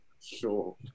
Sure